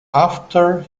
after